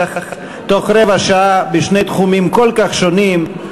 תוך רבע שעה בשני תחומים כל כך שונים,